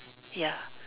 ya